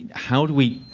how do we,